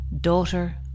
daughter